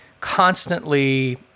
constantly